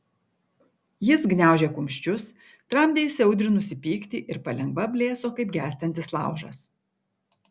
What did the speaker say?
jis gniaužė kumščius tramdė įsiaudrinusį pyktį ir palengva blėso kaip gęstantis laužas